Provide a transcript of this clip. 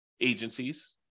agencies